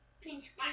pinch